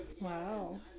Wow